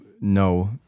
no